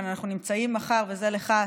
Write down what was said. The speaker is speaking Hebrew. וזה לך,